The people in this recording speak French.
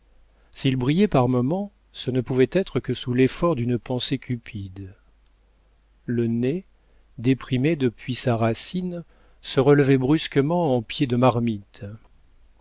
s'ils brillaient par moments ce ne pouvait être que sous l'effort d'une pensée cupide le nez déprimé depuis sa racine se relevait brusquement en pied de marmite